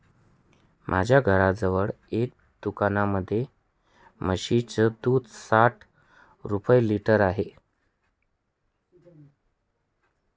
माझ्या घराजवळ एका दुकानामध्ये म्हशीचं दूध साठ रुपये लिटर आहे